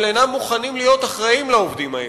אבל אינם מוכנים להיות אחראים לעובדים האלה,